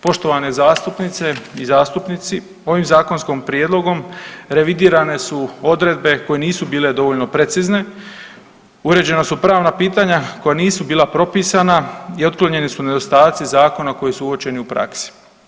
Poštovane zastupnice i zastupnici, ovim zakonskim prijedlogom revidirane su odredbe koje nisu bile dovoljno precizne, uređena su pravna pitanja koja nisu bila propisana i otklonjeni su nedostaci zakona koji su uočeni u praksi.